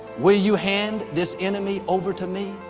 will you hand this enemy over to me?